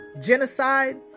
genocide